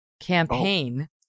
campaign